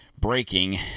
Breaking